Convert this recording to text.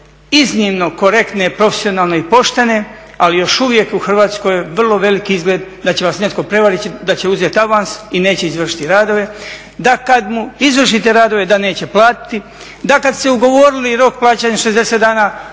iznimno korektne, profesionalne i poštene ali još uvijek u Hrvatskoj je vrlo veliki izgled da će vas netko prevariti, da će uzeti avans i neće izvršiti radove, da kad mu izvršite radove da neće platiti, da kad ste ugovorili rok plaćanja 60 dana